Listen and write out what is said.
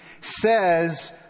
says